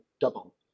double